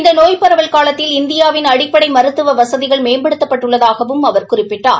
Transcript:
இந்த நோய் பரவல் காலத்தில் இந்தியாவிள் அடிப்படை மருத்துவ வசதிகள் மேம்படுத்தப்பட்டுள்ளதாகவும் அவர் குறிப்பிட்டார்